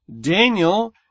Daniel